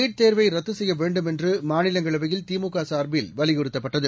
nut தேர்வை ரத்து செய்ய வேண்டும் என்று மாநிலங்களவையில் திமுக சார்பில் வலியுறுத்தப்பட்டது